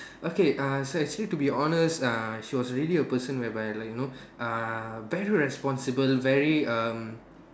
okay uh so actually to be honest uh she was really a person where by like you know uh very responsible very um